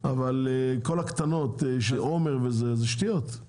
אבל כל הקטנות עומר וזה זה שטויות,